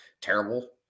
Terrible